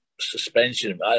suspension